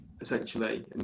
essentially